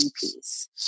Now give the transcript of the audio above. piece